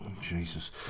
Jesus